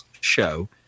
show